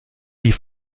die